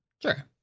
Sure